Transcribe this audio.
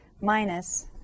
minus